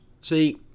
see